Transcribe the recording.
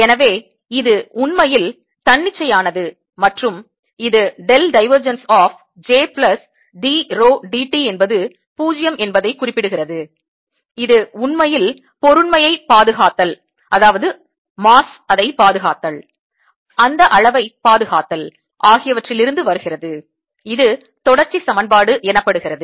எனவே இது உண்மையில் தன்னிச்சையானது மற்றும் இது del divergence of j plus d rho d t என்பது 0 என்பதை குறிப்பிடுகிறது இது உண்மையில் பொருண்மையை பாதுகாத்தல் அந்த அளவை பாதுகாத்தல் ஆகியவற்றில் இருந்து வருகிறது இது தொடர்ச்சி சமன்பாடு எனப்படுகிறது